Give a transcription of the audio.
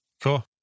Cool